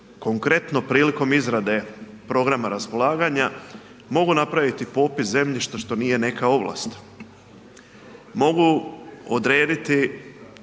Konkretno prilikom izrade programa raspolaganja mogu napraviti popis zemljišta što nije neka ovlast, mogu odrediti